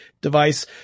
device